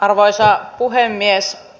arvoisa puhemies